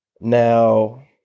Now